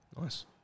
Nice